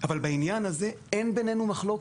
אבל בעניין הזה אין בינינו מחלוקת.